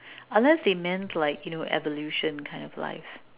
unless they meant like you know evolution kind of life